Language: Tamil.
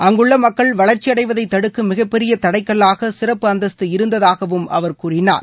அங்குள்ள மக்கள் வளர்ச்சியடைவதை தடுக்கும் மிகப்பெரிய தடைக்கல்லாத சிறப்பு அந்தஸ்து இருந்ததாக அவர் கூறினார்